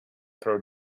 throw